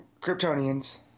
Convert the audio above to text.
Kryptonians